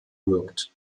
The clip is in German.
wirkt